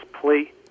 plea